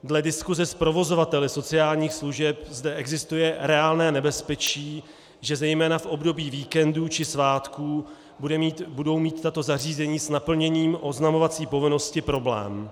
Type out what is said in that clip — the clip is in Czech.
Dle diskuse s provozovateli sociálních služeb zde existuje reálné nebezpečí, že zejména v období víkendů či svátků budou mít tato zařízení s naplněním oznamovací povinnosti problém.